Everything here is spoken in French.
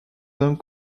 hommes